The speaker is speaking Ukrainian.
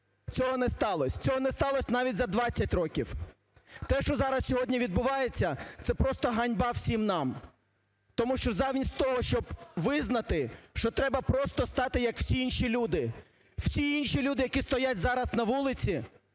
цього не сталося. Цього не сталося навіть за 20 років. Те, що зараз сьогодні відбувається, це просто ганьба всім нам! Тому що замість того, щоб визнати, що треба просто стати, як всі інші люди, всі інші люди, які стоять зараз на вулиці,